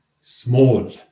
small